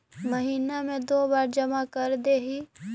महिना मे दु बार जमा करदेहिय?